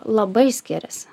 labai skiriasi